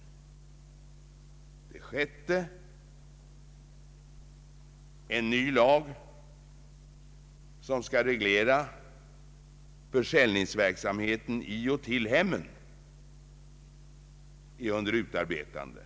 För det sjätte: En ny lag som skall reglera försäljningsverksamhet i och till hemmen är under utarbetande.